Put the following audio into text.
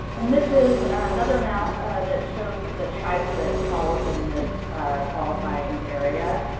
and this is another map that shows the tribes that fall within this qualifying area.